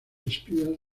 espías